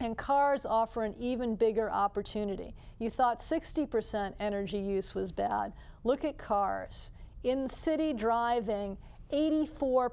and cars offer an even bigger opportunity you thought sixty percent energy use was better look at cars in city driving eighty four